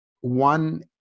one